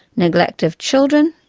neglect of children,